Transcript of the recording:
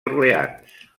orleans